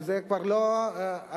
וזה כבר לא אנחנו,